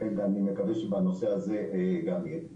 לכן, אני מקווה שבנושא הזה גם יהיה טיפול.